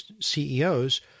CEOs